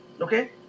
Okay